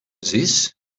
this